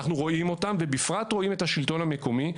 אנחנו רואים אותם, ובפרט רואים את השלטון המקומי.